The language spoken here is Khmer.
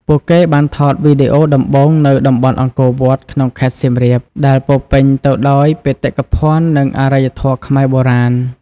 ពួកគេបានថតវីដេអូដំបូងនៅតំបន់អង្គរវត្តក្នុងខេត្តសៀមរាប ដែលពោរពេញទៅដោយបេតិកភណ្ឌនិងអរិយធម៌ខ្មែរបុរាណ។